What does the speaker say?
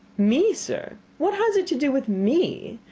me, sir! what has it to do with me?